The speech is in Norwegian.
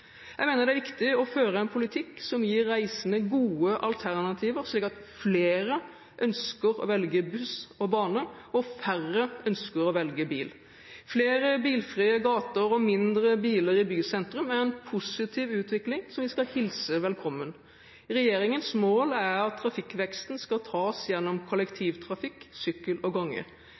Jeg mener det er viktig å føre en politikk som gir reisende gode alternativer, slik at flere ønsker å velge buss og bane og færre ønsker å velge bil. Flere bilfrie gater og færre biler i bysentrum er en positiv utvikling som vi skal hilse velkommen. Regjeringens mål er at trafikkveksten skal tas gjennom kollektivtrafikk, sykkel og gange.